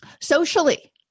Socially